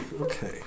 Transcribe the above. Okay